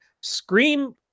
Scream